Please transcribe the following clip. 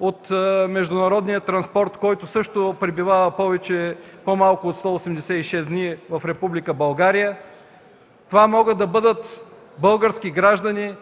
от международния транспорт, който също пребивава по-малко от 186 дни в Република България. Това могат да бъдат български граждани,